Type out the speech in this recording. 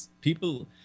People